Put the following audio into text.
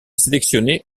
sélectionné